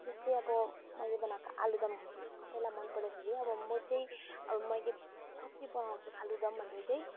जस्तै अब मैले बनाएको आलुदम कसैलाई मन परेन अरे अब म चाहिँ अब मैले कसरी बनाउछ आलु दम भन्नै चाहिँ